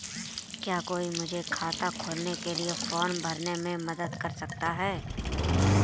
क्या कोई मुझे खाता खोलने के लिए फॉर्म भरने में मदद कर सकता है?